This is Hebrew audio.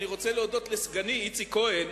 אני רוצה להודות לסגני איציק כהן,